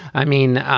i mean,